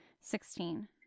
Sixteen